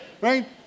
right